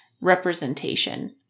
representation